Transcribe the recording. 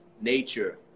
nature